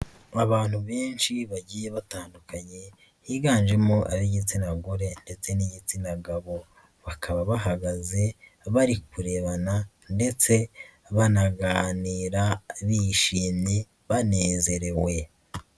Abantu benshi bagiye batandukanye higanjemo ab'igitsina gore ndetse n'igitsina gabo, bakaba bahagaze bari kurebana ndetse banaganira, bishimye, banezerewe.